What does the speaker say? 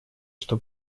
что